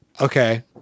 Okay